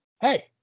Hey